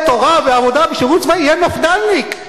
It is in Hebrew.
תורה ועבודה ושירות צבאי, יהיה מפד"לניק.